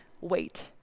wait